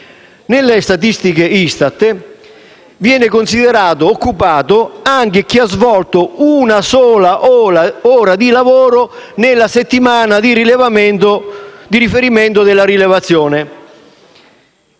Nelle statistiche ISTAT viene considerato occupato anche chi ha svolto una sola ora di lavoro nella settimana di riferimento della rilevazione.